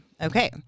Okay